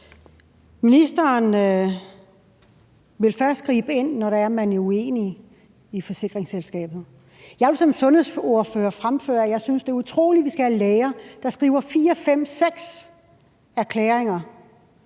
Ministeren vil først gribe ind, når man er uenig med forsikringsselskabet. Jeg vil som sundhedsordfører fremføre, at jeg synes, det er utroligt, at vi skal have læger, der skriver 4, 5 eller 6 erklæringer